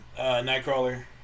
Nightcrawler